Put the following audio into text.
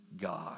God